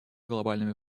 глобальными